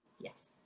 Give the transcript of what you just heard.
yes